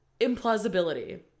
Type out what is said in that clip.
implausibility